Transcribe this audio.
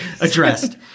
Addressed